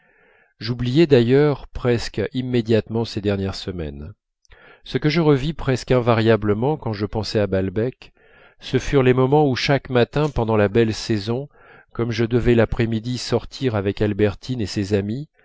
j'oubliai d'ailleurs presque immédiatement ces dernières semaines ce que je revis presque invariablement quand je pensai à balbec ce furent les moments où chaque matin pendant la belle saison comme je devais l'après-midi sortir avec albertine et ses amies